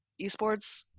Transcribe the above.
esports